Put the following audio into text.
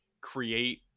create